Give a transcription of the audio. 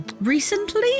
Recently